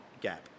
gap